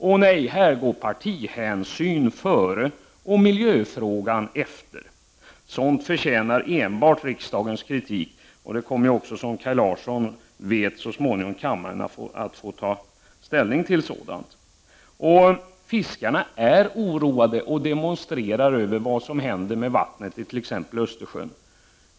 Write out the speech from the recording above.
Ånej, här går partihänsyn före och miljöfrågan efter. Sådant förtjänar enbart riksdagens kritik, och kammaren kommer så småningom, som Kaj Larsson vet, att få ta ställning härtill. Fiskarna är oroade och man protesterar över vad som t.ex. händer med vattnet i Östersjön.